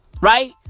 right